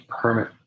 permit